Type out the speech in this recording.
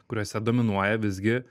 kuriuose dominuoja visgi